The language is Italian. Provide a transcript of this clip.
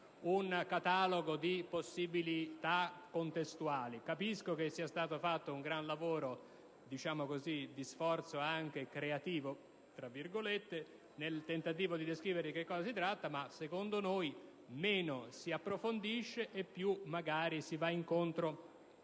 un catalogo di possibilità contestuali. Capisco che si sia fatto un grande lavoro ed uno sforzo anche "creativo" nel tentativo di descrivere di cosa si tratta, ma secondo noi meno si approfondisce e più si va incontro